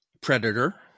Predator